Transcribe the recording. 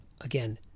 again